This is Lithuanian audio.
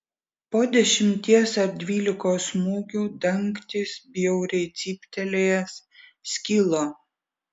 po dešimties ar dvylikos smūgių dangtis bjauriai cyptelėjęs skilo